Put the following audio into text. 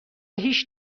هیچ